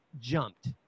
jumped